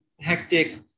hectic